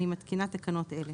אני מתקינה תקנות אלה